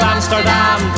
Amsterdam